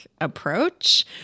approach